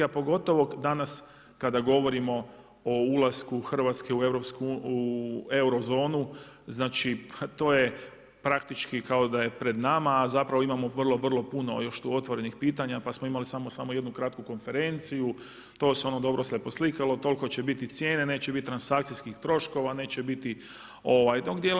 A pogotovo danas kada govorimo o ulasku Hrvatske u eurozonu, znali to je praktički kao da je pred nama, a zapravo imamo vrlo, vrlo puno još tu otvorenih pitanja pa smo imali samo jednu kratku konferenciju, to se dobro poslikalo, toliko će biti cijene, neće biti transakcijskih troškova, neće biti tog dijela.